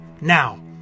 Now